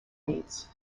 needs